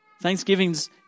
Thanksgivings